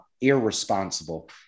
irresponsible